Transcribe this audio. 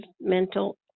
mental